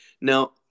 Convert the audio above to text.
Now